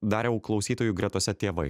dariau klausytojų gretose tėvai